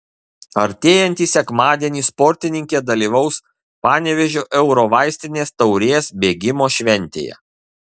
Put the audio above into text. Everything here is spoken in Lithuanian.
artėjantį sekmadienį sportininkė dalyvaus panevėžio eurovaistinės taurės bėgimo šventėje